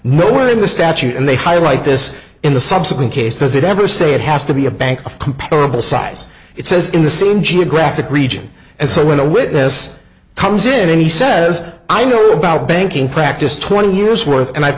nowhere in the statute and they highlight this in the subsequent case does it ever say it has to be a bank of comparable size it says in the same geographic region and so when a witness comes in and he says i know about banking practice twenty years worth and i've